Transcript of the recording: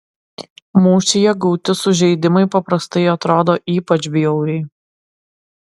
mūšyje gauti sužeidimai paprastai atrodo ypač bjauriai